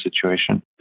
situation